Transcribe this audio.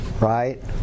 right